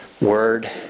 word